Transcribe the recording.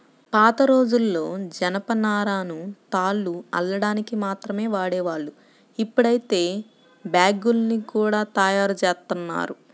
పాతరోజుల్లో జనపనారను తాళ్లు అల్లడానికి మాత్రమే వాడేవాళ్ళు, ఇప్పుడైతే బ్యాగ్గుల్ని గూడా తయ్యారుజేత్తన్నారు